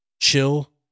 Chill